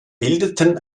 bildeten